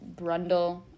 Brundle